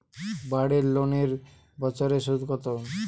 বাড়ি লোনের বছরে সুদ কত?